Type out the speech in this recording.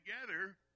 together